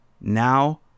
Now